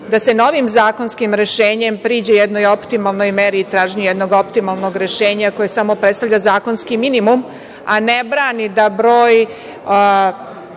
da se novim zakonskim rešenjem priđe jednoj optimalnoj meri i traženju jednog optimalnog rešenja koje samo predstavlja zakonski minimum, a ne brani da broj